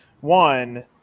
One